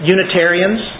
Unitarians